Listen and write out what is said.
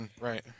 right